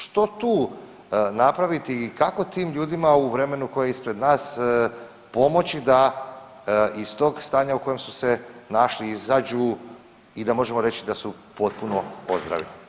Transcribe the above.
Što tu napraviti i kako tim ljudima u vremenu koje je ispred nas pomoći da iz tog stanja u kojem su se našli izađu i da možemo reći da su potpuno ozdravili?